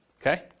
okay